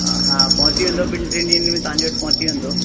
अ हा पहुची वेंदो ॿिनि टिनि ॾींहंनि में तव्हांजे वटि पहुची वेंदो